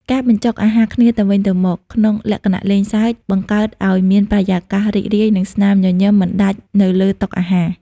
ការបញ្ចុកអាហារគ្នាទៅវិញទៅមកក្នុងលក្ខណៈលេងសើច បង្កើតឱ្យមានបរិយាកាសរីករាយ និងស្នាមញញឹមមិនដាច់នៅលើតុអាហារ។